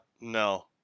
no